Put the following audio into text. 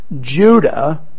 Judah